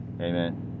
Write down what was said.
amen